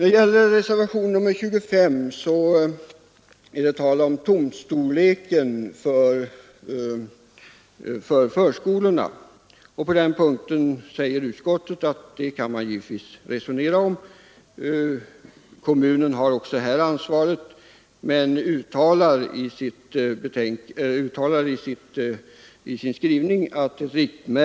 Reservationen 25 gäller tomtstorleken vid förskolorna. På den punkten säger utskottet att den här frågan kan man givetvis resonera om. Kommunen har också i det fallet ansvaret, men utskottet uttalar i sin skrivning att 80 m?